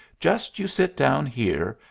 just you sit down here,